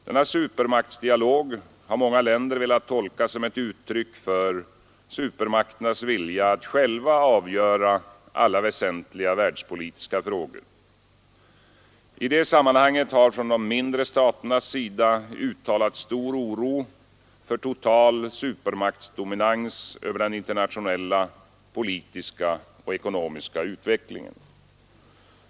Denna supermaktsdialog har många länder velat tolka som ett uttryck för supermakternas vilja att själva avgöra alla väsentliga världspolitiska frågor. I det sammanhanget har från de mindre staternas sida uttalats stor oro för total supermaktsdominans över den internationella politiska och ekonomiska utvecklingen.